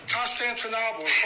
Constantinople